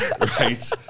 Right